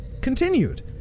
continued